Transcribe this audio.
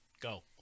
go